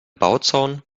bauzaun